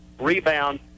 Rebound